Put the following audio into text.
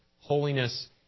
holiness